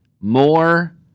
More